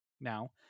Now